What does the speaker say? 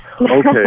Okay